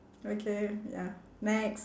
okay ya next